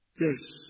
Yes